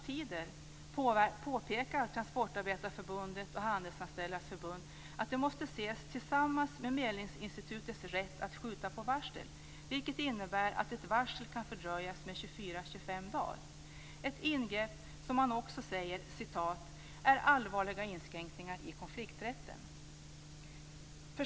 Transportarbetareförbundet och Handelsanställdas förbund påpekar att förlängda varseltider måste ses tillsammans med medlingsinstitutets rätt att skjuta på varsel, vilket innebär att ett varsel kan fördröjas med 24-25 dagar. Det är ett ingrepp som man säger är en allvarlig inskränkning i konflikträtten.